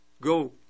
go